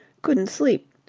couldn't sleep.